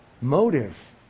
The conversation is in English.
motive